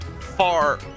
far